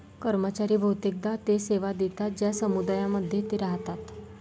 कर्मचारी बहुतेकदा ते सेवा देतात ज्या समुदायांमध्ये ते राहतात